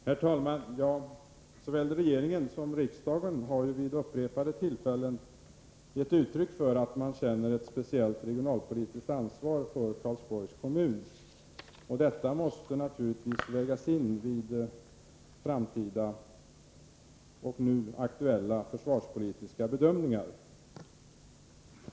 Herr talman! Såväl regeringen som riksdagen har ju vid upprepade tillfällen gett uttryck för att man känner ett speciellt regionalpolitiskt ansvar för Karlsborgs kommun, och detta måste naturligtvis vägas in vid framtida och nu aktuella försvarspolitiska bedömningar.